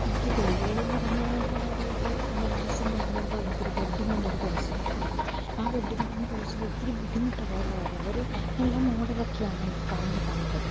എനിക്ക് വെല്ലുവിളി എന്ന് പറഞ്ഞാൽ ഡ്രസ്സ് എന്ന് പറഞ്ഞപ്പോൾ എനിക്കൊരു വെഡ്ഡിങ്ങിൻ്റെ ഒരു ബ്ലൗസ് കിട്ടിയിരുന്നു ആ വെഡ്ഡിങ്ങിൻ്റെ ബ്ലൗസ് ഒത്തിരി ബുദ്ധിമുട്ട് ഉള്ളതായിരുന്നു അവർ നല്ല മോഡൽ ഒക്കെയാണ് എനിക്ക് പറഞ്ഞുതന്നത്